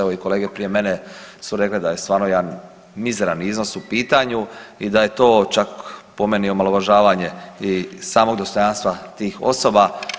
Evo i kolege prije mene su rekle da je stvarno jedan mizeran iznos u pitanju i da je to čak po meni omalovažavanje i samog dostojanstva tih osoba.